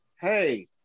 hey